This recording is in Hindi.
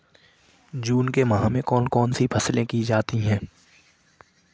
जून के माह में कौन कौन सी फसलें की जाती हैं?